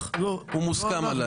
הנוסח והוא מוסכם עלי.